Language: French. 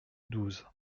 douze